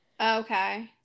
okay